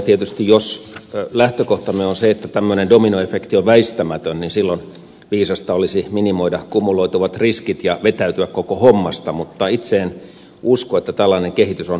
tietysti jos lähtökohtamme on se että tämmöinen dominoefekti on väistämätön niin silloin viisasta olisi minimoida kumuloituvat riskit ja vetäytyä koko hommasta mutta itse en usko että tällainen kehitys on väistämätön